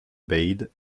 bade